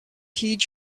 heed